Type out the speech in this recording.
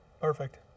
perfect